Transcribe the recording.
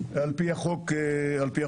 על פי החוק הזה.